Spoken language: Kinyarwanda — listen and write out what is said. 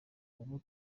abo